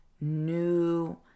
new